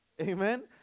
Amen